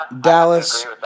Dallas